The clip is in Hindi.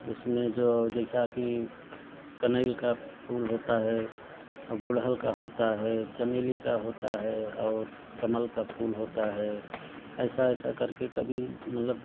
उसमें जो जैसा कि कनैल का फूल होता है अब गुड़हल का होता है चमेली का होता है और कमल का फूल होता है ऐसा ऐसा करके कबी मतलब